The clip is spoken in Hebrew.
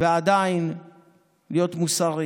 ועדיין להיות מוסרי.